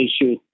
issue